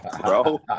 bro